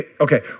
Okay